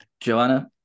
joanna